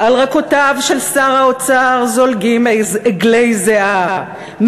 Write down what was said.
"על רקותיו של שר האוצר זולגים אגלי זיעה,